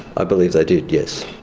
i believe they did, yes.